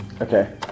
Okay